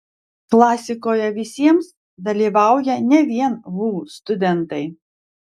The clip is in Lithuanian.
klasikoje visiems dalyvauja ne vien vu studentai